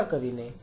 કૃપા કરીને